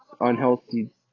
unhealthy